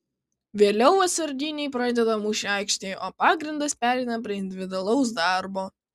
vėliau atsarginiai pradeda mūšį aikštėje o pagrindas pereina prie individualaus darbo